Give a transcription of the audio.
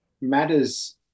matters